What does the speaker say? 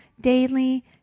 daily